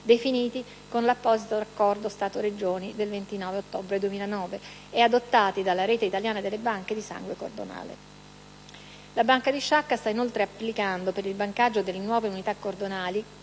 definiti con apposito accordo Stato-Regioni del 29 ottobre 2009 e adottati dalla rete italiana delle banche di sangue cordonale. La Banca di Sciacca sta inoltre applicando, per il bancaggio delle nuove unità cordonali,